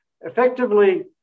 Effectively